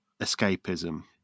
escapism